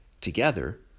Together